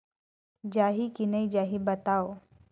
जाही की नइ जाही बताव?